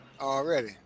Already